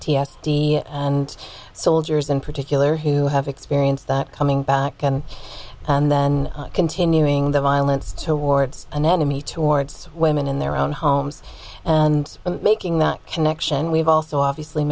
d and soldiers in particular who have experienced that coming back and then continuing the violence towards an enemy towards women in their own homes and making that connection we've also obviously